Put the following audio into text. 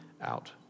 out